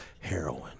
Heroin